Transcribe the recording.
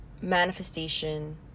manifestation